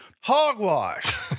hogwash